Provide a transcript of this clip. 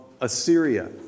Assyria